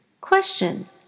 Question